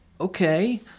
okay